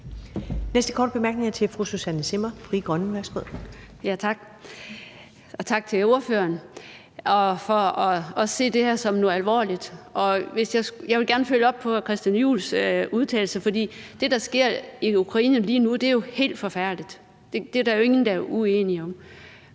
Frie Grønne. Værsgo. Kl. 15:31 Susanne Zimmer (FG): Tak, og tak til ordføreren for at se det her som noget alvorligt. Jeg vil gerne følge op på hr. Christian Juhls udtalelser, for det, der sker i Ukraine lige nu, er jo helt forfærdeligt. Det er der jo ingen der er uenige om.